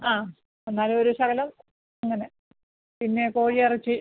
ആ എന്നാലൊരു ശകലം അങ്ങനെ പിന്നെ കോഴി ഇറച്ചി